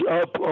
up